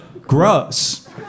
Gross